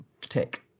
tick